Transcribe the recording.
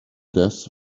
death